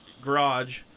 garage